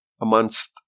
amongst